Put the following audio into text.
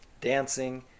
dancing